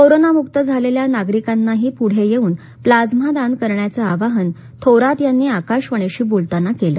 कोरोनामुक्त झालेल्या नागरिकांनाही पुढे येऊन प्लाझ्मा दान करण्याचं आवाहन थोरात यांनी आकाशवाणीशी बोलताना केलं